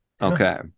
Okay